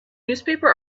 newspaper